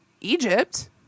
Egypt